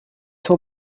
cent